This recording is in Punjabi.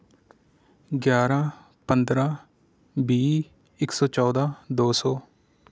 ਗਿਆਰਾਂ ਪੰਦਰਾਂ ਵੀਹ ਇੱਕ ਸੌ ਚੋਦ੍ਹਾਂ ਦੋ ਸੌ